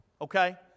okay